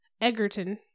Egerton